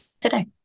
today